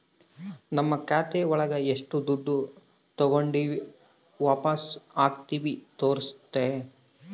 ನಮ್ ಖಾತೆ ಒಳಗ ಎಷ್ಟು ದುಡ್ಡು ತಾಗೊಂಡಿವ್ ವಾಪಸ್ ಹಾಕಿವಿ ತೋರ್ಸುತ್ತೆ